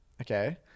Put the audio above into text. Okay